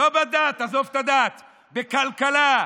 לא בדת, עזוב את הדת, בכלכלה,